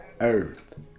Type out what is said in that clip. earth